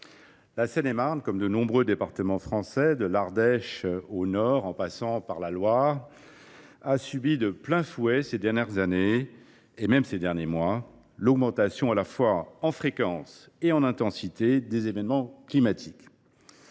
la Seine et Marne, comme de nombreux départements français – de l’Ardèche au Nord, en passant par la Loire –, a subi de plein fouet, ces dernières années, et même ces derniers mois, l’augmentation à la fois en fréquence et en intensité des événements climatiques.